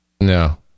No